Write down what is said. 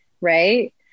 right